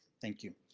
thank you.